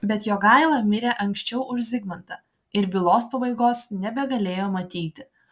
bet jogaila mirė anksčiau už zigmantą ir bylos pabaigos nebegalėjo matyti